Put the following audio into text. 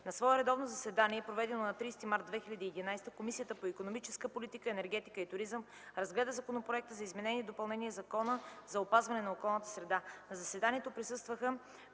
На свое редовно заседание, проведено на 30 март 2011 г., Комисията по икономическата политика, енергетика и туризъм разгледа Законопроекта за изменение и допълнение на Закона за опазване на околната среда. На заседанието присъстваха: